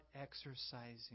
exercising